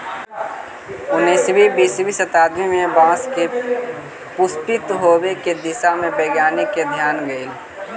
उन्नीसवीं बीसवीं शताब्दी में बाँस के पुष्पित होवे के दिशा में वैज्ञानिक के ध्यान गेलई